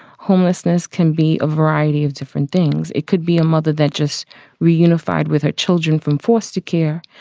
homelessness can be a variety of different things. it could be a mother that just reunified with her children from foster care.